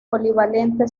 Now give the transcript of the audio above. polivalente